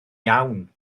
iawn